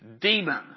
demon